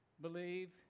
believe